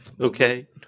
Okay